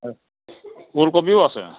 ওলকবিও আছে